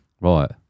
Right